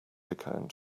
account